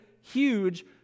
huge